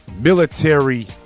military